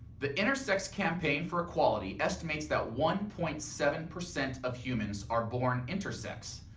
the intersex campaign for equality, estimates that one point seven percent of humans are born intersex.